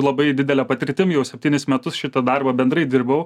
labai didele patirtim jau septynis metus šitą darbą bendrai dirbau